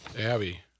Abby